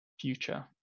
future